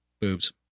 Boobs